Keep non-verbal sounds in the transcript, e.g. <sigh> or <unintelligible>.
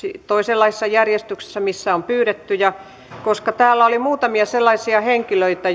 toisenlaisessa järjestyksessä kuin missä on pyydetty koska täällä oli muutamia sellaisia henkilöitä <unintelligible>